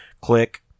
Click